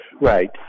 Right